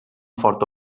forta